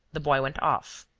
the boy went off.